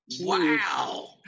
Wow